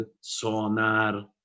Sonar